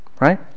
Right